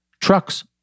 Trucks